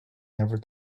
never